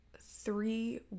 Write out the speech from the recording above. three